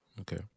Okay